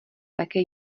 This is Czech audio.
také